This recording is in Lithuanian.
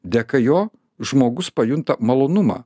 dėka jo žmogus pajunta malonumą